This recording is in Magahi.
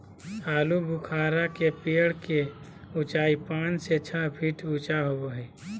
आलूबुखारा के पेड़ के उचाई पांच से छह फीट ऊँचा होबो हइ